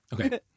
Okay